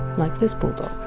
like this bulldog.